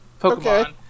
Pokemon